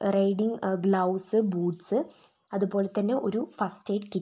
riding gloves boots അതുപോലെത്തന്നെ ഒരു first aid kit